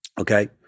Okay